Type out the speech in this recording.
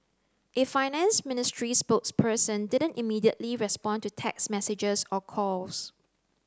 a finance ministry spokesperson didn't immediately respond to text messages or calls